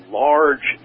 large